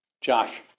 Josh